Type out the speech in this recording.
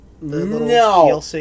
No